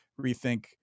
rethink